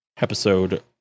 episode